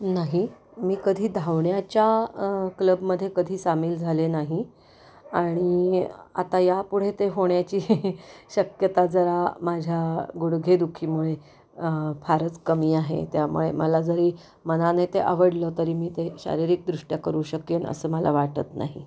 नाही मी कधी धावण्याच्या क्लबमध्ये कधी सामील झाले नाही आणि आता यापुढे ते होण्याची शक्यता जरा माझ्या गुडघेदुखीमुळे फारच कमी आहे त्यामुळे मला जरी मनाने ते आवडलं तरी मी ते शारीरिकदृष्ट्या करू शकेन असं मला वाटत नाही